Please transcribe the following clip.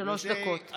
שלוש דקות.